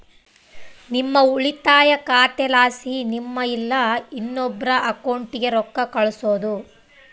ನಿಮ್ಮ ಉಳಿತಾಯ ಖಾತೆಲಾಸಿ ನಿಮ್ಮ ಇಲ್ಲಾ ಇನ್ನೊಬ್ರ ಅಕೌಂಟ್ಗೆ ರೊಕ್ಕ ಕಳ್ಸೋದು